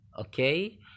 okay